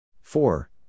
Four